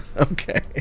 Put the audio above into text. Okay